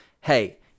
hey